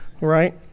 right